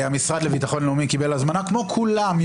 המשרד לביטחון לאומי קיבל הזמנה כמו כולם,